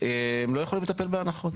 הם לא יכולים לטפל בהנחות.